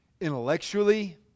intellectually